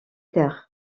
terres